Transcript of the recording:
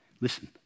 Listen